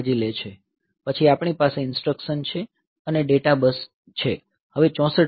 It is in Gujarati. પછી આપણી પાસે ઇન્સટ્રકશન છે અને ડેટા બસો હવે 64 બીટ છે